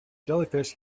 jellyfish